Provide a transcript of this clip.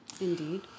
Indeed